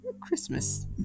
Christmas